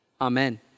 Amen